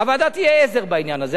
הוועדה תהיה עזר בעניין הזה.